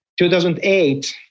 2008